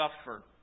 suffer